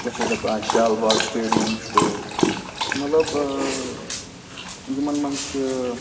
کیٛاہ چھِ اَتھ دَپان شال باغ سِٹیڈیَم چھُ مطلب یِمَن منٛز چھِ